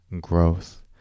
growth